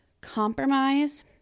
compromise